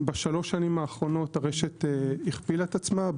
בשלוש השנים האחרונות הרשת הכפילה את עצמה.